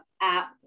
app